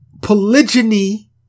polygyny